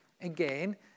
Again